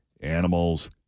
animals